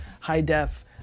high-def